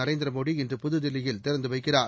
நரேந்திர மோடி இன்று புதுதில்லியில் திறந்து வைக்கிறார்